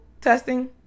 testing